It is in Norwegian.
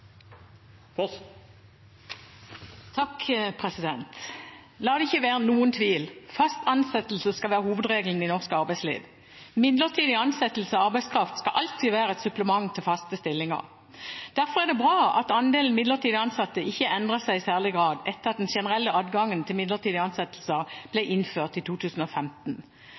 La det ikke være noen tvil: Fast ansettelse skal være hovedregelen i norsk arbeidsliv. Midlertidige ansettelser av arbeidskraft skal alltid være et supplement til faste stillinger. Derfor er det bra at andelen midlertidig ansatte ikke har endret seg i særlig grad etter at den generelle adgangen til midlertidige ansettelser ble innført i 2015.